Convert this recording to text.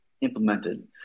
implemented